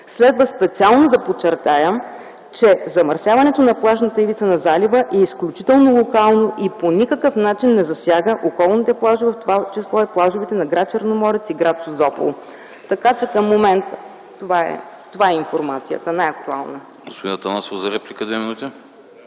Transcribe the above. Следва специално да подчертая, че замърсяването на плажната ивица на залива е изключително локално и по никакъв начин не засяга околните плажове, в това число и плажовете на гр. Черноморец и гр. Созопол. Така че, към момента това е най-актуалната